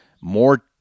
more